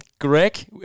Greg